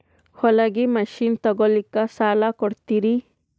ಹೊಲಗಿ ಮಷಿನ್ ತೊಗೊಲಿಕ್ಕ ಸಾಲಾ ಕೊಡ್ತಿರಿ?